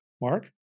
Mark